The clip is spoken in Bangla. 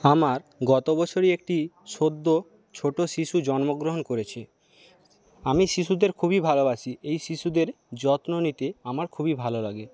আমার গত বছরই একটি সদ্য ছোটো শিশু জন্মগ্রহণ করেছে আমি শিশুদের খুবই ভালবাসি এই শিশুদের যত্ন নিতে আমার খুবই ভালো লাগে